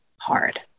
hard